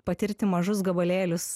patirti mažus gabalėlius